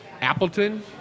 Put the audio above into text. Appleton